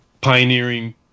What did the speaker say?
pioneering